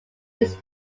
its